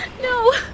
No